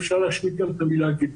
אפשר להשמיט גם את המילה "גזע".